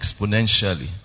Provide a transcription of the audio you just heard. exponentially